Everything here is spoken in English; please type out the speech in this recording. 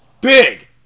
Big